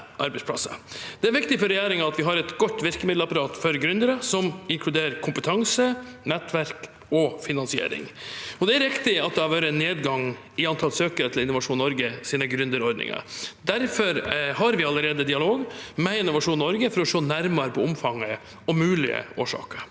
Det er viktig for regjeringen at vi har et godt virkemiddelapparat for gründere, som inkluderer kompetanse, nettverk og finansiering. Det er riktig at det har vært en nedgang i antall søkere til Innovasjon Norges gründerordninger. Derfor har vi allerede dialog med Innovasjon Norge for å se nærmere på omfanget og mulige årsaker.